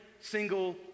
single